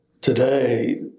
today